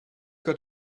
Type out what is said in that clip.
got